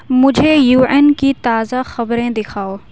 مجھے U N کی تازہ خبریں دکھاؤ